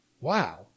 wow